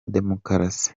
demokarasi